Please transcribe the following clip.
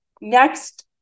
next